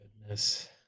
Goodness